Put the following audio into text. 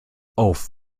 auf